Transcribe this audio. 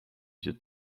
vieux